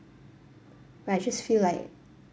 when I just feel like